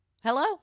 hello